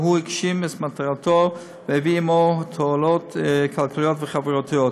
והוא הגשים את מטרתו והביא עמו תועלות כלכליות וחברתיות.